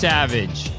Savage